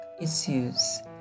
issues